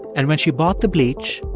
and when she bought the bleach,